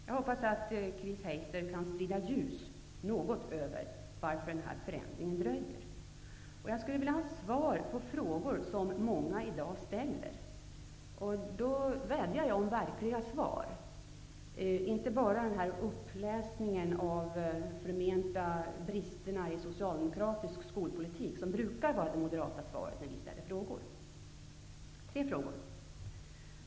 Jag hoppas att Chris Heister kan sprida något ljus över anledningen till att den här förändringen dröjer. Jag skulle vilja ha svar på några frågor som många i dag ställer. Jag vädjar om verkliga svar. Jag vill inte bara ha en uppläsning när det gäller de förmenta brister i socialdemokratisk skolpolitik som Moderaterna brukar hänvisa till när vi ställer frågor. Jag har tre frågor: 1.